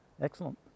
excellent